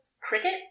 Cricket